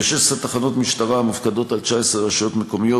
ב-16 תחנות משטרה המופקדות על 19 רשויות מקומיות.